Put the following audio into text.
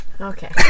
okay